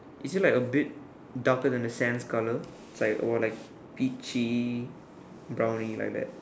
is it like a bit darker than the sand color or is it like peachy brown color like that